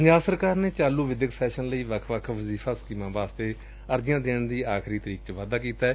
ਪੰਜਾਬ ਸਰਕਾਰ ਨੇ ਚਾਲ ਵਿਦਿਅਕ ਸੈਸ਼ਨ ਲਈ ਵੱਖ ਵੱਖ ਵਜੀਫ਼ਾ ਸਕੀਮਾਂ ਵਾਸਤੇ ਅਰਜ਼ੀਆਂ ਦੇਣ ਦੀ ਆਖਰੀ ਤਰੀਕ ਵਿੱਚ ਵਾਧਾ ਕਰ ਦਿੱਤੈ